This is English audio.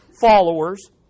followers